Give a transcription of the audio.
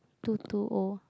too too old